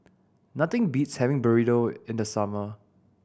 nothing beats having Burrito in the summer